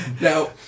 Now